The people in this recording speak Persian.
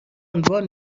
عنوان